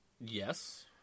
Yes